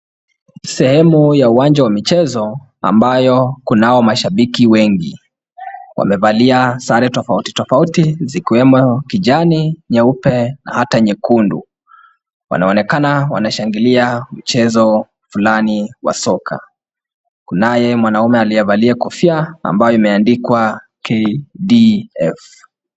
Sehemu ya uwanja wa michezo ambayo kunao mashabiki wengi. Wamevalia sare tofauti tofauti zikiwemo kijani, nyeupe na hata nyekundu. Wanaonekana wanashangilia mchezo fulani wa soka. Kunaye mwanaume aliyevalia kofia ambayo imeandikwa KDF.